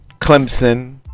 Clemson